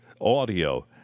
audio